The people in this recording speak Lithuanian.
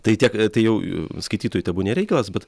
tai tiek tai jau skaitytojų tebūnie reikalas bet